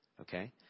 okay